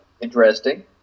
Interesting